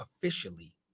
officially